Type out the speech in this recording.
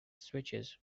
switches